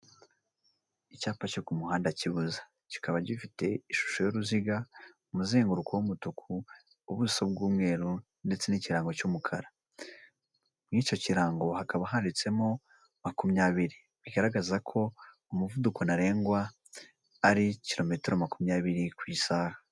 Icyapa cyo ku muhanda kibuza. Kikaba gifite ishusho y'uruziga, umuzenguruko w'umutuku, ubuso bw'umweru, ndetse n'ikirango cy'umukara. Mw'icyo kirango hakaba handitsemo makumyabiri. Bigaragaza ko umuvuduko ntarengwa, ari kilometero makumyabiri ku isaha.